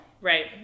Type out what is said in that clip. Right